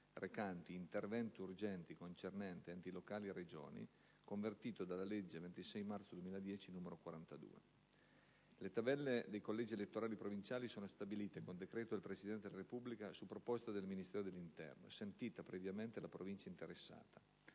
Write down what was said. recante interventi urgenti concernenti enti locali e Regioni, convertito dalla legge 26 marzo 2010, n. 42. Le tabelle dei collegi elettorali provinciali sono stabilite con decreto del Presidente della Repubblica, su proposta del Ministro dell'interno, sentita previamente la Provincia interessata,